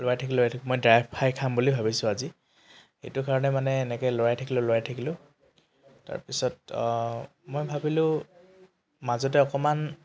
লৰাই থাকি লৰাই থাকি মই ড্ৰাই ফ্ৰাই খাম বুলি ভাবিছোঁ আজি সেইটো কাৰণে মানে এনেকৈ লৰাই থাকিলোঁ লৰাই থাকিলোঁ তাৰপিছত মই ভাবিলোঁ মাজতে অকণমান